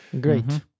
Great